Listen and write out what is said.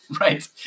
Right